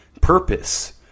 purpose